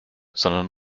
sondern